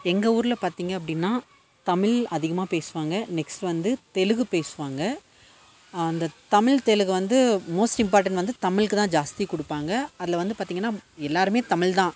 எங்கள் ஊர்ல பார்த்தீங்க அப்படின்னா தமிழ் அதிகமாக பேசுவாங்கள் நெக்ஸ்ட் வந்து தெலுங்கு பேசுவாங்கள் அந்தத் தமிழ் தெலுங்கு வந்து மோஸ்ட் இம்பார்டண்ட் வந்து தமிழ்க்கு தான் ஜாஸ்தி கொடுப்பாங்க அதில் வந்து பார்த்தீங்கன்னா எல்லாருமே தமிழ்தான்